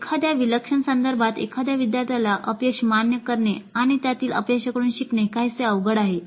एखाद्या विलक्षण संदर्भात एखाद्या विद्यार्थ्याला अपयश मान्य करणे आणि त्यातील अपयशांकडून शिकणे काहीसे अवघड आहे